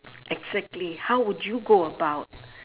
exactly how would you go about